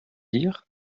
dire